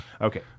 Okay